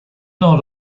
not